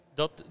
...dat